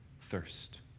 thirst